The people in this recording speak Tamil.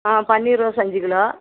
ஆ பன்னீர் ரோஸ் அஞ்சு கிலோ